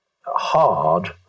hard